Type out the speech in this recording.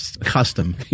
custom